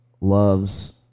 Loves